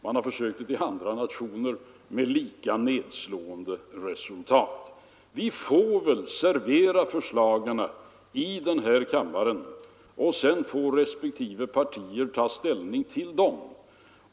Man har också försökt det i andra nationer, och med lika nedslående resultat. Nej, vi får nog presentera förslagen här i kammaren, och sedan får respektive partier ta ställning till dem.